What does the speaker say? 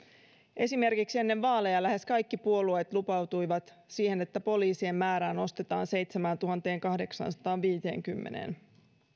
esimerkiksi ennen vaaleja lähes kaikki puolueet lupautuivat siihen että poliisien määrää nostetaan seitsemääntuhanteenkahdeksaansataanviiteenkymmeneen